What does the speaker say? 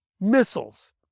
missiles